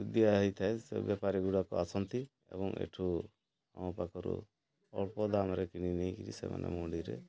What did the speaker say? ଦିଆ ହୋଇଥାଏ ସେ ବେପାରୀ ଗୁଡ଼ାକ ଆସନ୍ତି ଏବଂ ଏଇଠୁ ଆମ ପାଖରୁ ଅଳ୍ପ ଦାମ୍ରେ କିଣି ନେଇକିରି ସେମାନେ ମଣ୍ଡିରେ